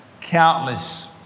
countless